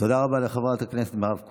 תודה רבה לחברת הכנסת מירב כהן.